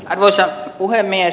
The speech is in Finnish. arvoisa puhemies